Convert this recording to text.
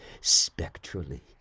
spectrally